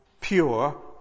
pure